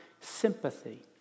sympathy